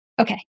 Okay